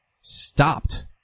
stopped